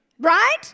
Right